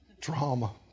Trauma